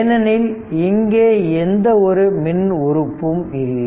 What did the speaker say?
ஏனெனில் இங்கே எந்த ஒரு மின் உறுப்பும் இல்லை